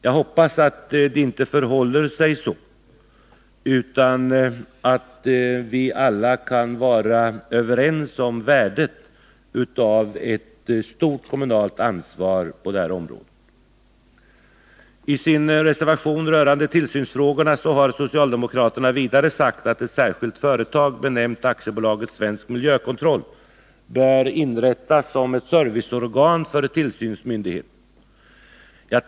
Jag hoppas att det inte förhåller sig så utan att vi alla kan vara överens om värdet av ett stort kommunalt ansvar på det här området. I sin reservation rörande tillsynsfrågorna har socialdemokraterna vidare sagt att ett särskilt företag, benämnt AB Svensk Miljökontroll, bör inrättas som ett serviceorgan för tillsynsmyndigheterna.